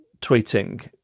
tweeting